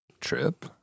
trip